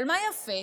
אבל מה יפה?